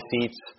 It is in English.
seats